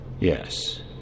Yes